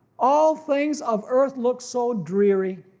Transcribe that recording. all things of earth looks so dreary.